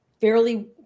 fairly